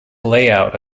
layout